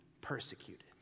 persecuted